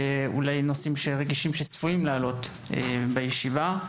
ונושאים רגישים שצפויים לעלות בישיבה,